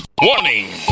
Warning